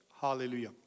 Hallelujah